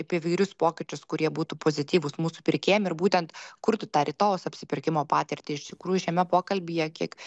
apie įvairius pokyčius kurie būtų pozityvūs mūsų pirkėjam ir būtent kurti tą rytojaus apsipirkimo patirtį iš tikrųjų šiame pokalbyje kiek